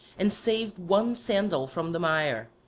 and saved one sandal from the mire,